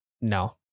no